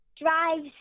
drives